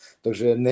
takže